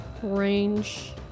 Range